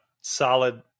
Solid